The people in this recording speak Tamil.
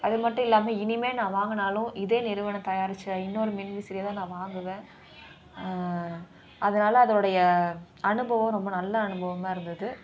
அதுமட்டும் இல்லாமல் இனிமேல் நான் வாங்கினாலும் இதே நிறுவனம் தாயாரித்த இன்னோரு மின்விசிறியை தான் நான் வாங்குவேன் அதனால் அதோடைய அனுபவம் ரொம்ப நல்ல அனுபவமாக இருந்தது